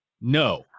No